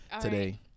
today